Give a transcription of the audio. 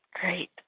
Great